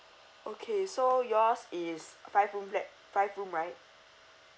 okay so yours is five room flat five room right